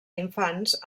infants